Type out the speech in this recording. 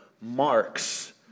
marks